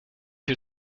you